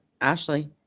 Ashley